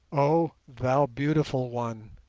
oh, thou beautiful one,